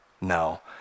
No